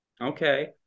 okay